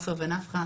עופר ונפחא,